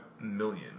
million